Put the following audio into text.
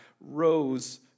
rose